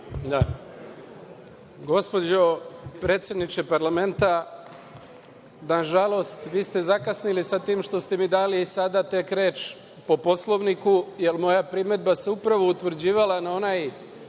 Gospođo predsedniče Parlamenta, nažalost, vi ste zakasnili sa tim što ste mi tek sada dali reč po Poslovniku, jer moja primedba se upravo odnosila na onaj